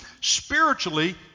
spiritually